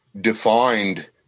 defined